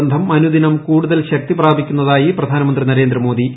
ബന്ധം അനുദിനം കൂടുതൽ ശക്തി പ്രാപിക്കുന്നതായി പ്രധാനമന്ത്രി നരേന്ദ്രമോദി